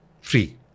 free